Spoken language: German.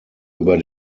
über